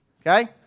okay